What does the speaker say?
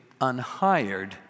unhired